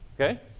Okay